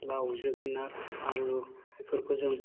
लाव जोगोनार आलु बेफोरखौ जों